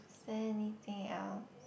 is there anything else